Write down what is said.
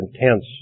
intense